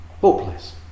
Hopeless